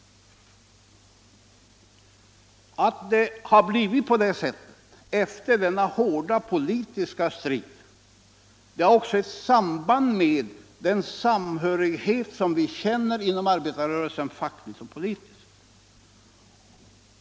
Att det har blivit på detta sätt efter denna hårda politiska strid har också samband med den samhörighet som vi känner inom arbetarrörelsen fackligt och politiskt.